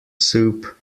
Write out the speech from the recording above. soup